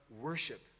worship